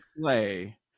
play